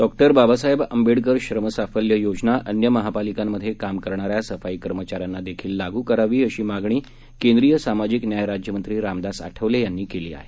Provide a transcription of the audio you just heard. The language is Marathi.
डॉ बाबासाहेब आंबेडकर श्रम साफल्य योजना अन्य महापालिकांमधे काम करणाऱ्या सफाई कर्मचाऱ्यांना देखील लागू करावी अशी मागणी केंद्रीय सामाजिक न्याय राज्यमंत्री रामदास आठवले यांनी केली आहे